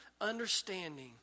understanding